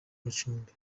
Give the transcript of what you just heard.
amacumbi